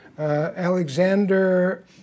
Alexander